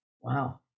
Wow